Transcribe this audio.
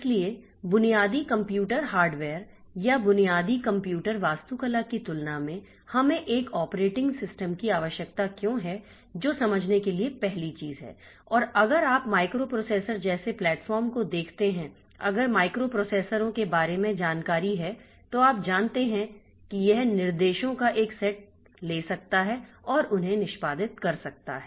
इसलिए बुनियादी computer hardware या बुनियादी कंप्यूटर वास्तुकला की तुलना में हमें एक ऑपरेटिंग सिस्टम की आवश्यकता क्यों है जो समझने के लिए पहली चीज है और अगर आप माइक्रोप्रोसेसर जैसे प्लेटफॉर्म को देखते हैं अगर माइक्रोप्रोसेसरों के बारे में जानकारी है तो आप जानते हैं कि यह निर्देशों का एक सेट ले सकता है और उन्हें निष्पादित कर सकता है